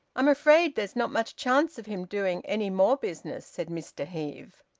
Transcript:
i'm afraid there's not much chance of him doing any more business, said mr heve.